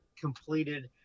completed